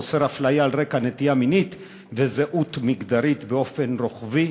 האוסר אפליה על רקע נטייה מינית וזהות מגדרית באופן רוחבי,